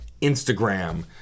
Instagram